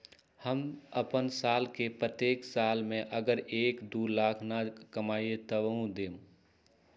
हम अपन साल के प्रत्येक साल मे अगर एक, दो लाख न कमाये तवु देम?